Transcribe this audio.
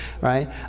right